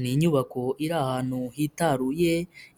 Ni inyubako iri ahantu hitaruye,